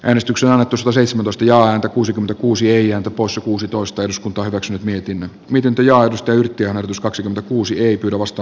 äänestyksen hatusta seitsemäntoista ja häntä kuusikymmentäkuusi eija tapossa kuusitoista eks kun panokset mietimme miten tujausten kehoitus kaksi kuusi eikä vasta